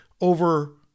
over